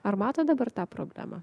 ar matot dabar tą problemą